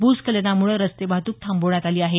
भूस्खलनामुळं रस्ते वाहतूक थांबवण्यात आली आहे